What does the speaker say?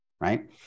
Right